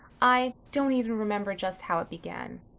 i don't even remember just how it began.